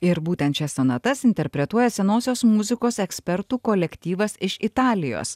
ir būtent šias sonatas interpretuoja senosios muzikos ekspertų kolektyvas iš italijos